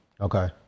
Okay